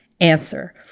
answer